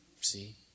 See